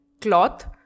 Cloth